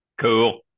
cool